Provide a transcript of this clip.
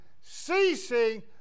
ceasing